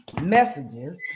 messages